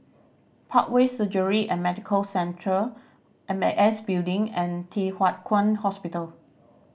Parkway Surgery and Medical Centre M A S Building and Thye Hua Kwan Hospital